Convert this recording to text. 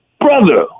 Brother